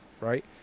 right